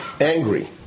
angry